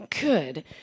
good